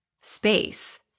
space